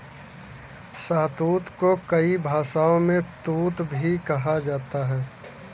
शहतूत को कई भाषाओं में तूत भी कहा जाता है